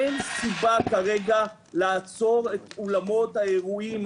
אין סיבה כרגע לעצור את אולמות האירועים.